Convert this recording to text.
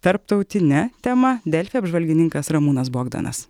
tarptautine tema delfi apžvalgininkas ramūnas bogdanas